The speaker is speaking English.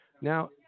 Now